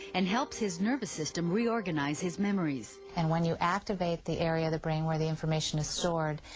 and helps his nervous system reorganize his memories. and when you activate the area of the brain where the information is stored,